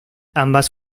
ambas